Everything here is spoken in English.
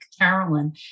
Carolyn